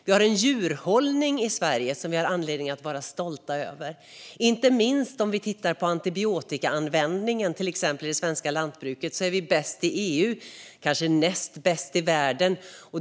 Vi har en djurhållning i Sverige som vi har anledning att vara stolta över. Inte minst om vi till exempel tittar på antibiotikaanvändningen i det svenska lantbruket är vi bäst i EU och kanske näst bäst i världen.